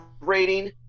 rating